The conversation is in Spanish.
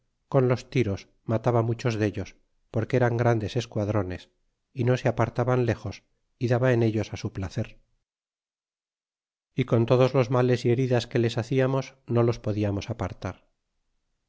con los tiros mataba muchos dellos porque eran grandes esquadrones y no se apartaban lejos y daba en ellos á su placer y con todos los males y heridas que les haciamos no los podlamos apartar